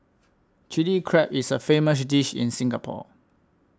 Chilli Crab is a famous dish in Singapore